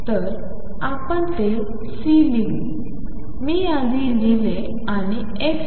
तर आपण ते C लिहू मी आधी लिहिले आणि xL